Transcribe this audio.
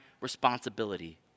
responsibility